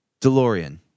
DeLorean